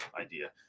idea